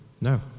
No